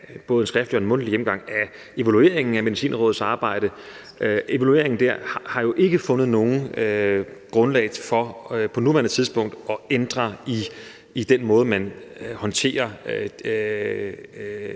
både en skriftlig og en mundtlig gennemgang af evalueringen af Medicinrådets arbejde. Evalueringen dér har jo ikke fundet noget grundlag for på nuværende tidspunkt at ændre i den måde, man håndterer